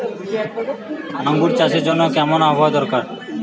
আঙ্গুর চাষের জন্য কেমন আবহাওয়া দরকার?